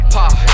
Pop